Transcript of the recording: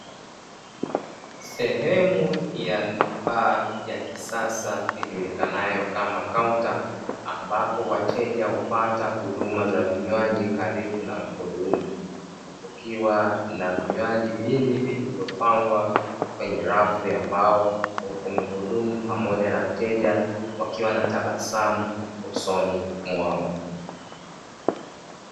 Sehemu ya baa ya kisasa ijulikanao kama kaunta, ambapo wateja hupata huduma za vinywaji karibu na muhudumu; kukiwa na vinywaji vingi vilivyopangwa kwenye rafu ya mbao, huku muhudumu pamoja na mteja wakiwa na tabasamu usoni mwao.